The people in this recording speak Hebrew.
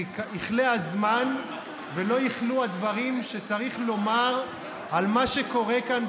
כי יכלה הזמן ולא יכלו הדברים שצריך לומר על מה שקורה כאן,